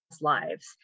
lives